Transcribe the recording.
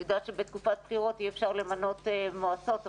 את יודעת שבתקופת בחירות אי אפשר למנות מועצות,